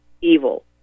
evil